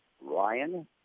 Ryan